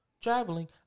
traveling